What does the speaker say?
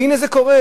והנה זה קורה,